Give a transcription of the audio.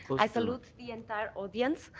i salute the entire audience.